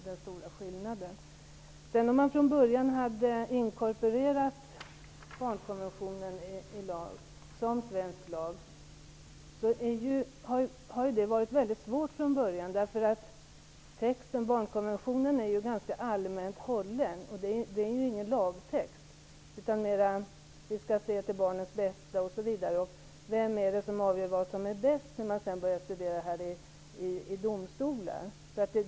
Det skulle ha varit väldigt svårt att från början inkorporera barnkonventionen i svensk lagstiftning. Texten i barnkonventionen är ganska allmänt hållen; den säger t.ex. att vi skall se till barnets bästa. Det är ju ingen lagtext. Vem är det som avgör vad som är bäst när man sedan börjar studera det här i domstol?